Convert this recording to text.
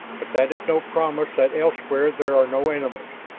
but that is no promise that elsewhere there are no enemies.